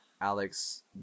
Alex